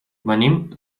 venim